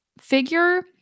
figure